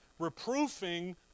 reproofing